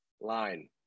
line